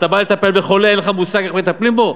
אתה בא לטפל בחולה, אין לך מושג איך מטפלים בו?